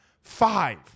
Five